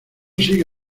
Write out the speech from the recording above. sigue